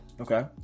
okay